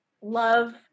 Love